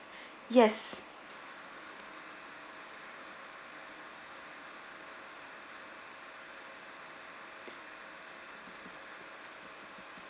yes